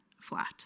flat